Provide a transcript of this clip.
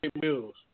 bills